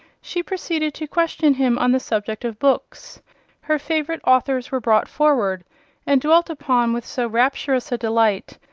she proceeded to question him on the subject of books her favourite authors were brought forward and dwelt upon with so rapturous a delight,